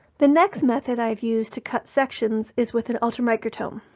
the next method i have used to cut sections is with an ultramicrotome.